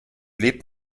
lebt